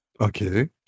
Okay